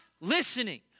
listening